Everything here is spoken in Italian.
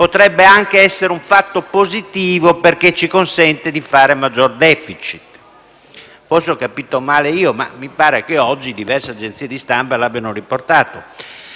potrebbe anche essere positivo, perché ci consente di fare maggior *deficit*. Forse ho capito male io, ma mi pare che oggi diverse agenzie di stampa abbiamo riportato